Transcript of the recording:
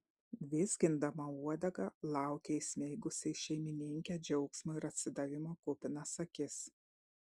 vizgindama uodegą laukė įsmeigusi į šeimininkę džiaugsmo ir atsidavimo kupinas akis